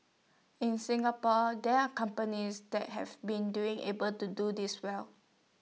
in Singapore there are companies that have been doing able to do this well